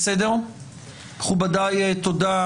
מכובדיי, תודה.